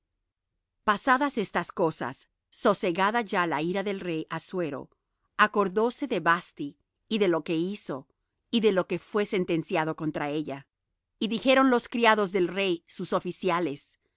pasadas estas cosas sosegada ya la ira del rey assuero acordóse de vasthi y de lo que hizo y de lo que fué sentenciado contra ella y dijeron los criados del rey sus oficiales